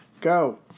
Go